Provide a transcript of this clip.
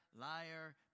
liar